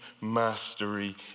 mastery